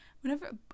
whenever